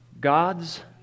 God's